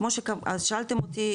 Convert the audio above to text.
כמו ששאלתם אותי,